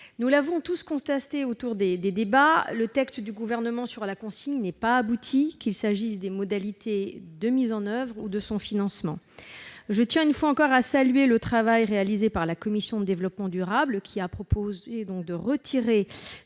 Nous l'avons tous constaté au cours des débats, le texte du Gouvernement sur la consigne n'est pas abouti, qu'il s'agisse de ses modalités de mise en oeuvre ou de son financement. Je tiens, une fois encore, à saluer le travail réalisé par la commission du développement durable, qui a donc proposé de retirer